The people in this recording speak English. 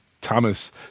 Thomas